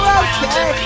okay